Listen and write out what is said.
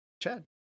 Chad